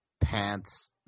pants